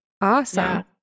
Awesome